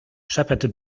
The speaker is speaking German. schepperte